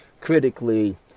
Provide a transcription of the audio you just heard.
critically